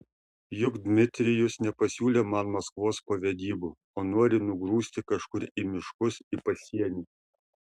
juk dmitrijus nepasiūlė man maskvos po vedybų o nori nugrūsti kažkur į miškus į pasienį